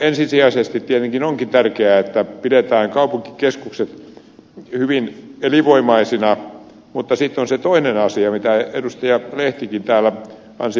ensisijaisesti tietenkin onkin tärkeää että pidetään kaupunkikeskukset hyvin elinvoimaisina mutta sitten on se toinen asia mitä ed